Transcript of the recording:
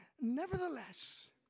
Nevertheless